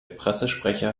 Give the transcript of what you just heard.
pressesprecher